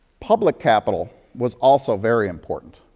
public capital was also very important.